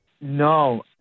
No